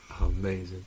Amazing